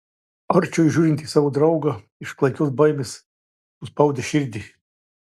arčiui žiūrint į savo draugą iš klaikios baimės suspaudė širdį